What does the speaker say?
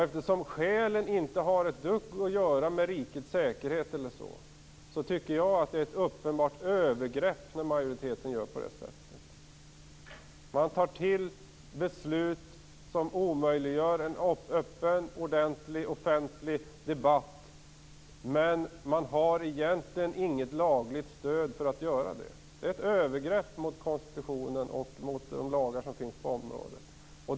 Eftersom skälen inte har ett dugg att göra med rikets säkerhet eller så, tycker jag att det är ett uppenbart övergrepp när majoriteten gör på det sättet. Man tar till beslut som omöjliggör en öppen, ordentlig, offentlig debatt, men man har egentligen inget lagligt stöd för att göra det. Det är ett övergrepp mot konstitutionen och mot de lagar som finns på området.